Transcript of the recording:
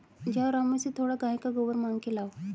जाओ रामू से थोड़ा गाय का गोबर मांग के लाओ